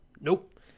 nope